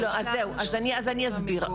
אני אסביר.